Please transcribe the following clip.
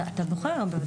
אתה בוחר בוודאי.